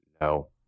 no